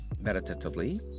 meditatively